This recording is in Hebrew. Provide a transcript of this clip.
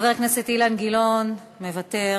חבר הכנסת אילן גילאון, מוותר,